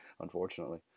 unfortunately